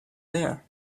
there